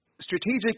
Strategic